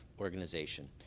organization